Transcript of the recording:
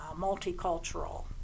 multicultural